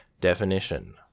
definition